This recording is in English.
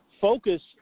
Focus